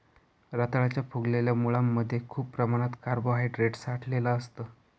रताळ्याच्या फुगलेल्या मुळांमध्ये खूप प्रमाणात कार्बोहायड्रेट साठलेलं असतं